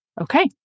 okay